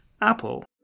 Apple